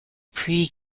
pre